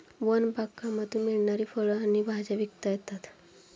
one बागकामातून मिळणारी फळं आणि भाज्या विकता येतात